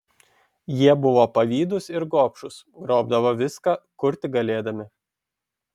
jie buvo pavydūs ir gobšūs grobdavo viską kur tik galėdami